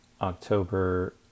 October